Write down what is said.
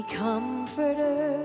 comforter